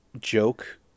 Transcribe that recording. joke –